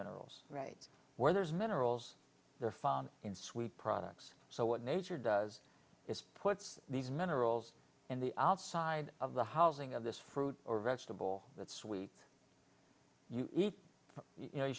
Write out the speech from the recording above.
minerals right where there's minerals they're found in sweet products so what nature does is puts these minerals in the outside of the housing of this fruit or vegetable that sweet you eat you know you